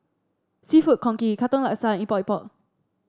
seafood congee Katong Laksa Epok Epok